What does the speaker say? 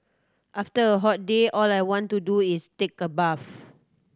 after a hot day all I want to do is take a bath